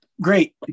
great